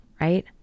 right